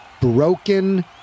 broken